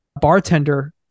bartender